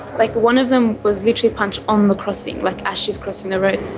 like one of them was literally punched on the crossing like as she's crossing the road.